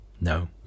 No